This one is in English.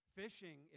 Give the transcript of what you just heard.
fishing